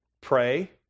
pray